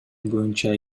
боюнча